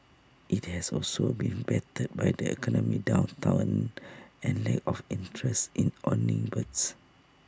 IT has also been battered by the economic downturn and lack of interest in owning birds